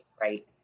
right